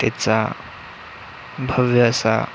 त्याचा भव्य असा